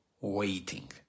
waiting